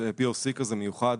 POC כזה מיוחד